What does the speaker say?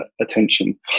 attention